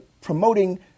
promoting